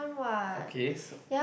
okay so